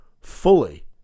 fully